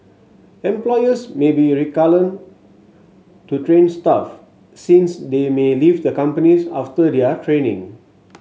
employers may be reluctant to train staff since they may leave the companies after their training